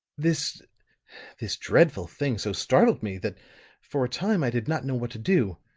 this this dreadful thing so startled me that for a time i did not know what to do.